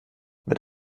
mit